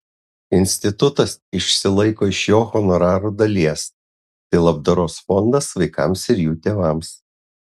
institutas išsilaiko iš jo honorarų dalies tai labdaros fondas vaikams ir jų tėvams